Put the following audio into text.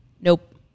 Nope